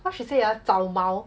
what she say ah 找毛